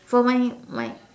for my my